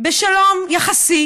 בשלום יחסי